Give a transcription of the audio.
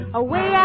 away